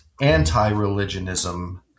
anti-religionism